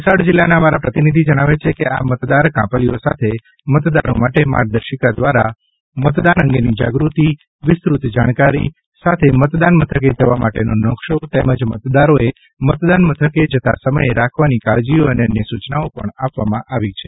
વલસાડ જિલ્લાના અમારા પ્રતિનિધિ જણાવે છે કે આ મતદાર કાપલીઓ સાથે મતદારો માટે માર્ગદર્શિકા દ્વારા મતદાન અંગેની વિસ્તૃત જાણકારી સાથે મતદાન મથકે જવા માટેનો નકશો તેમજ મતદારોએ મતદાન મથકે જતા સમયે રાખવાની કાળજીઓ અને અન્ય સૂચનાઓ પણ આપવામાં આવી છે